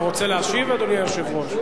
אתה רוצה להשיב, אדוני היושב-ראש?